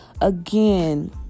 again